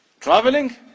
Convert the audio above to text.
Traveling